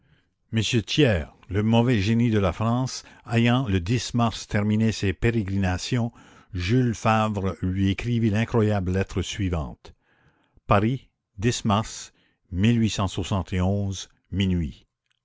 thiers le mauvais génie de la france ayant le mars terminé ses pérégrinations jules favre lui écrivit l'incroyable lettre suivante aris mars